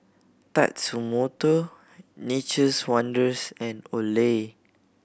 Tatsumoto Nature's Wonders and Olay